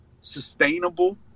sustainable